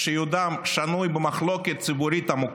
העמותות יזכו לאישור.